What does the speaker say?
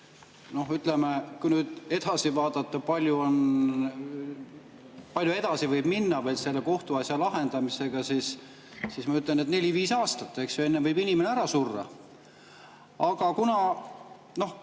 Ütleme, kui nüüd edasi vaadata, kui palju edasi võib minna veel selle kohtuasja lahendamisega, siis ma ütlen, et neli-viis aastat, enne võib inimene ära surra. Aga kuna … Noh,